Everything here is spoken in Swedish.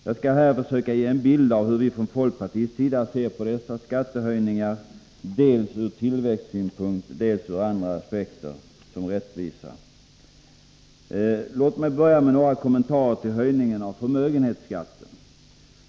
Jag skall här försöka ge en bild av hur vi från folkpartiets sida ser på dessa skattehöjningar — dels ur tillväxtsynpunkt, dels ur andra aspekter, t.ex. ur rättvisesynpunkt m.m. Låt mig börja med några kommentarer till höjningen av förmögenhetsskatten.